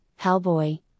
Hellboy